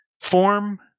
form